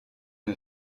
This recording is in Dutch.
een